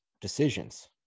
decisions